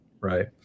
right